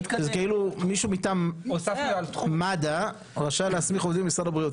כאילו מישהו מטעם מד"א רשאי להסמיך עובדים ממשרד הבריאות,